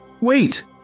Wait